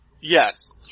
Yes